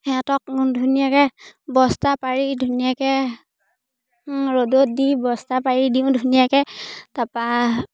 সিহঁতক ধুনীয়াকৈ বস্তা পাৰি ধুনীয়াকৈ ৰ'দত দি বস্তা পাৰি দিওঁ ধুনীয়াকৈ তাৰপৰা